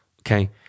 okay